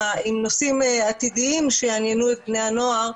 עם נושאים עתידיים שבני הנוער,